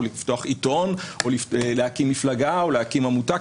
לפתוח עיתון או להקים מפלגה או להקים עמותה.